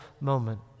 moment